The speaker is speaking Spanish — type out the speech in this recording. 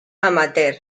amateur